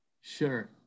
Sure